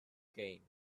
came